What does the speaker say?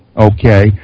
okay